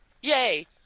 Yay